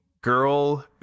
girl